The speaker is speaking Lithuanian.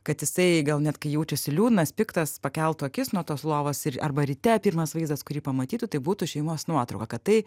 kad jisai gal net kai jaučiasi liūdnas piktas pakeltų akis nuo tos lovos ir arba ryte pirmas vaizdas kurį pamatytų tai būtų šeimos nuotrauka kad tai